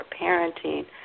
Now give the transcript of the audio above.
parenting